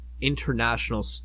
International